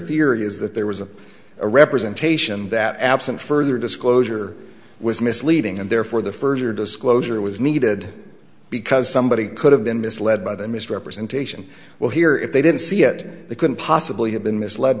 theory is that there was a representation that absent further disclosure was misleading and therefore the further disclosure was needed because somebody could have been misled by the misrepresentation we'll hear if they didn't see it they couldn't possibly have been misled